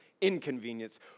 inconvenience